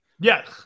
Yes